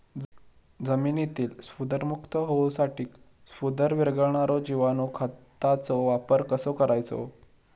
जमिनीतील स्फुदरमुक्त होऊसाठीक स्फुदर वीरघळनारो जिवाणू खताचो वापर कसो करायचो?